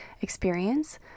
experience